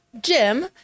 Jim